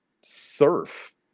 surf